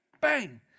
bang